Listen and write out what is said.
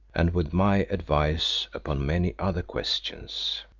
and with my advice upon many other questions.